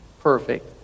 perfect